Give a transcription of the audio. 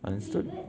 understood